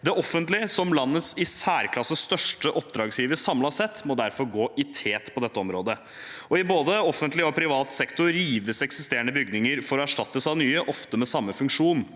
Det offentlige, som landets i særklasse største oppdragsgiver samlet sett, må derfor gå i tet på dette området. I både offentlig og privat sektor rives eksisterende bygninger for å erstattes av nye, ofte med samme funksjon.